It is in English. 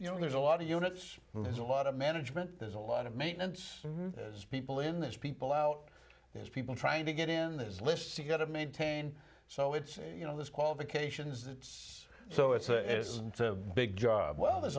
you know there's a lot of units there's a lot of management there's a lot of maintenance people in those people out there people trying to get in those lists you got to maintain so it's you know those qualifications it's so it's a big job well